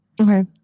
Okay